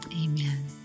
Amen